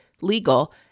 legal